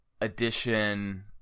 edition